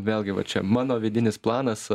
vėlgi va čia mano vidinis planas